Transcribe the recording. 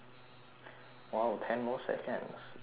!wow! ten more seconds to thirty